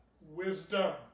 Wisdom